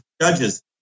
judges